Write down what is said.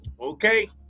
Okay